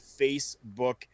Facebook